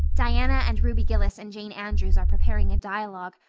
diana and ruby gillis and jane andrews are preparing a dialogue,